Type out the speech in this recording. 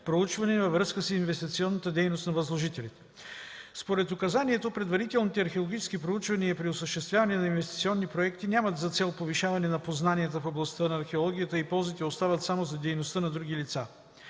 проучвания във връзка с инвестиционната дейност на възложителя. Според указанието, предварителните археологически проучвания при осъществяване на инвестиционни проекти нямат за цел повишаване на познанията в областта на археологията и ползите остават само за дейността на други лица.